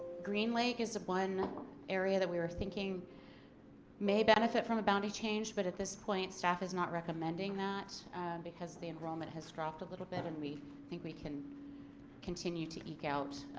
green lake is the one area that we were thinking may benefit from a boundary change but at this point staff is not recommending that because the enrollment has dropped a little bit and we think we can continue to eke out.